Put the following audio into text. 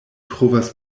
trovas